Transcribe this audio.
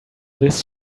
this